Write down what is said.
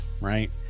right